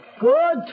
Good